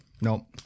Nope